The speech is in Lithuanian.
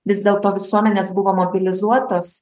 vis dėlto visuomenės buvo mobilizuotos